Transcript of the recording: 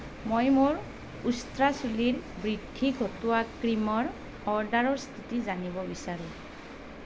মই মোৰ উষ্ট্ৰা চুলিৰ বৃদ্ধি ঘটোৱা ক্ৰীমৰ অৰ্ডাৰৰ স্থিতি জানিব বিচাৰোঁ